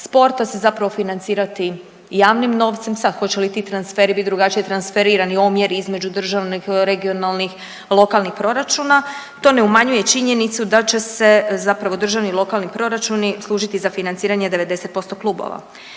sporta se zapravo financirati javnim novcem, sad hoće li ti transferi biti drugačije transferirani, omjeri između državnih, regionalnih, lokalnih proračuna to ne umanjuje činjenicu da će se zapravo državi i lokalni proračuni služiti za financiranje 90% klubova.